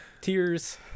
tears